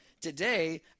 today